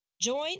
Join